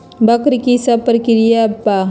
वक्र कि शव प्रकिया वा?